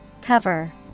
Cover